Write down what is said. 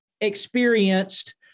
experienced